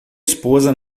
esposa